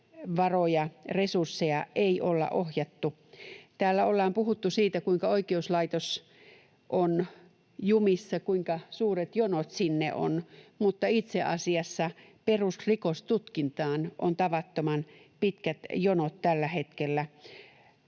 varoja, resursseja ei olla ohjattu. Täällä ollaan puhuttu siitä, kuinka oikeuslaitos on jumissa, kuinka suuret jonot sinne on, mutta itse asiassa perusrikostutkintaan on tavattoman pitkät jonot tällä hetkellä.